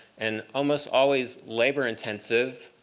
and almost always labor intensive,